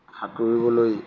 সাঁতুৰিবলৈ